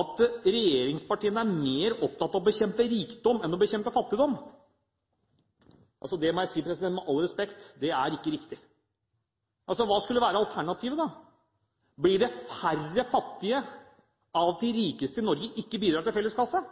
at regjeringspartiene er mer opptatt av å bekjempe rikdom enn å bekjempe fattigdom. Det må jeg si – med all respekt – det er ikke riktig. Hva skulle være alternativet? Blir det færre fattige av at de rikeste i Norge ikke bidrar til